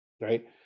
right